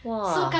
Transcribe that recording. !wah!